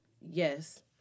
Yes